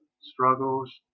struggles